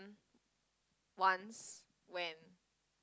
once when